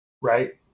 right